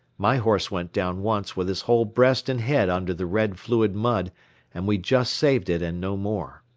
my horse went down once with his whole breast and head under the red fluid mud and we just saved it and no more.